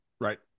Right